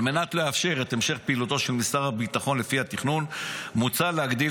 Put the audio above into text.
על מנת לאפשר את המשך פעילותו של משרד הביטחון לפי התכנון מוצע להגדיל